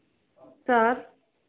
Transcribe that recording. sir